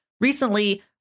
recently